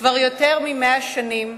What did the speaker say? כבר יותר מ-100 שנים,